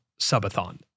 subathon